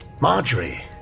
Marjorie